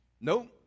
nope